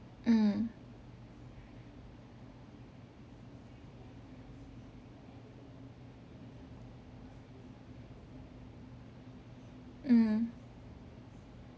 mm mm